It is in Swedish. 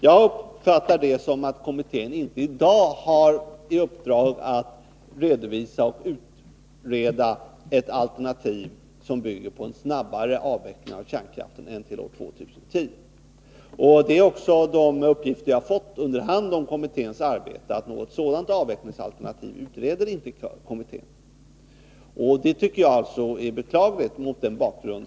Jag uppfattar detta som att kommittén inte i dag har i uppdrag att utreda och redovisa ett alternativ som bygger på en snabbare avveckling av kärnkraften än till år 2010. De uppgifter som jag under hand har fått om kommitténs arbete går också ut på att kommittén inte utreder något sådant avvecklingsalternativ. Mot bakgrund av vad jag har redovisat tycker jag att detta är beklagligt.